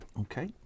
Okay